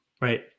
Right